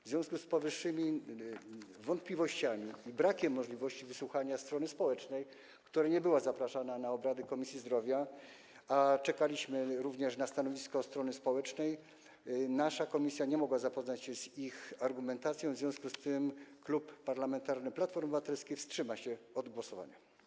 W związku z powyższymi wątpliwościami i brakiem możliwości wysłuchania strony społecznej, która nie była zapraszana na obrady Komisji Zdrowia, a czekaliśmy na stanowisko strony społecznej, nasza komisja nie mogła zapoznać się z jej argumentacją, Klub Parlamentarny Platforma Obywatelska wstrzyma się od głosowania.